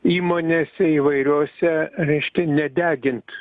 įmonėse įvairiose reiškia nedegint